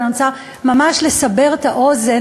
אבל אני רוצה ממש לסבר את האוזן,